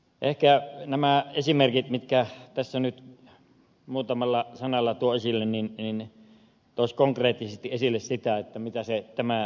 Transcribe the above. ehkä nämä esimerkit mitkä tässä nyt muutamalla sanalla tuon esille toisivat konkreettisesti esille sitä mitä tämä tarkoittaa meidän alueellamme